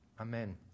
Amen